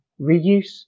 reuse